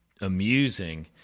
amusing